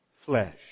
flesh